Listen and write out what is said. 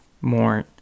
more